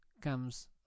comes